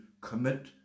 commit